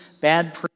bad